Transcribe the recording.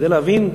כדי להבין,